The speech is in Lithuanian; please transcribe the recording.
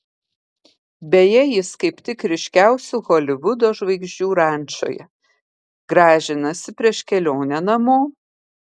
beje jis kaip tik ryškiausių holivudo žvaigždžių rančoje gražinasi prieš kelionę namo